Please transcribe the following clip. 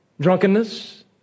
Drunkenness